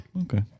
Okay